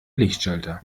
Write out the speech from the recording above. lichtschalter